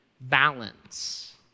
balance